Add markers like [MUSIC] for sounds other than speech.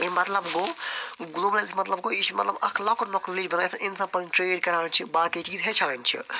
اَمہِ مطلب گوٚو گٕلوبٕلایزیشَن مطلب گوٚو یہِ چھِ مطلب اکھ لۄکٹ مۄکُٹ [UNINTELLIGIBLE] بنان یَتھ انسان پنٕنۍ ٹرٛیڈ کران چھِ باقی چیٖز ہیٚچھان چھِ